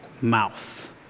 mouth